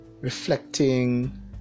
reflecting